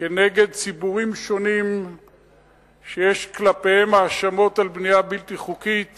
כנגד ציבורים שונים שיש כלפיהם האשמות על בנייה בלתי חוקית